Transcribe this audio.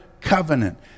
covenant